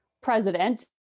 president